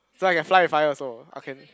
so I can fly with fire also I can